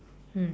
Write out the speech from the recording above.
mm